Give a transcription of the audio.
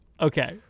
okay